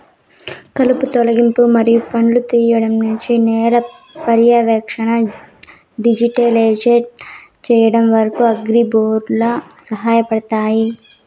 కలుపు తొలగింపు మరియు పండ్లను తీయడం నుండి నేల పర్యవేక్షణను డిజిటలైజ్ చేయడం వరకు, అగ్రిబోట్లు సహాయపడతాయి